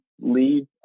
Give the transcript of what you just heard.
leave